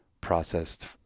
processed